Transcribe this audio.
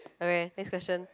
okay next question